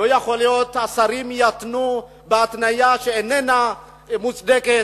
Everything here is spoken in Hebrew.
לא יכול להיות שהשרים יתנו התניה שאיננה מוצדקת,